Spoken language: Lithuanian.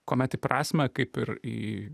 kuomet į prasmę kaip ir į